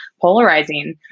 polarizing